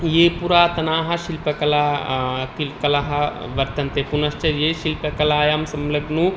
ये पुरातनाः शिल्पकलाः किल् कलाः वर्तन्ते पुनश्च ये शिल्पकलायां संलग्नो